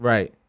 Right